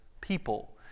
people